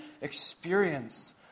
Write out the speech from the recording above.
experience